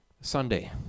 Sunday